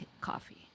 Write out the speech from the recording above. coffee